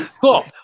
Cool